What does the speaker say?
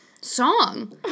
song